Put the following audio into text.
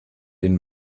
den